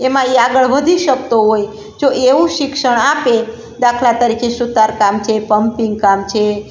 એમાં એ આગળ વધી શકતો હોય જો એવું શિક્ષણ આપે દાખલા તરીકે સુથાર કામ છે પમ્પિંગ કામ છે